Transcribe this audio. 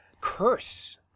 curse